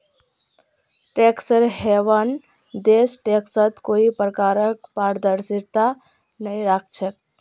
tax haven देश टैक्सत कोई प्रकारक पारदर्शिता नइ राख छेक